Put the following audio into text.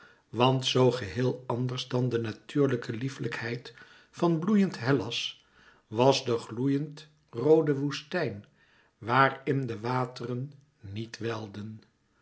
want zoo geheel anders dan de natuurlijke liefelijkheid van bloeiend hellas was de gloeiend roode woestijn waar in de wateren niet welden